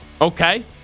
Okay